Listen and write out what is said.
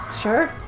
Sure